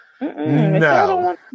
No